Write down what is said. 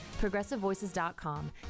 progressivevoices.com